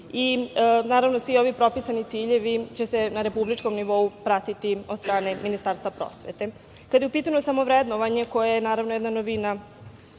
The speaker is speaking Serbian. Naravno, svi ovi propisani ciljevi će se na republičkom nivou pratiti od strane Ministarstva prosvete. Kada je u pitanju samo vrednovanje, koje je naravno jedna novina